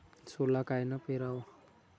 सोला कायनं पेराव?